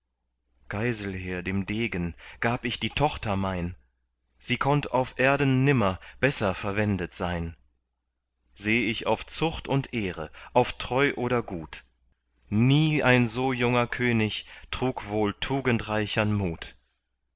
geiselher dem degen gab ich die tochter mein sie konnt auf erden nimmer besser verwendet sein seh ich auf zucht und ehre auf treu oder gut nie ein so junger könig trug wohl tugendreichern mut